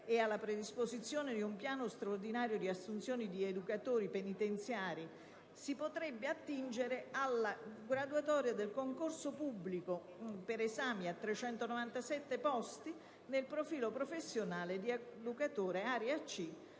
alla predisposizione di un piano straordinario di assunzioni di educatori penitenziari da attingersi dalla vigente graduatoria del concorso pubblico per esami a 397 posti nel profilo professionale di Educatore, Area C,